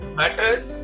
matters